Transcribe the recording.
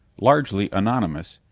largely anonymous,